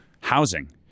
housing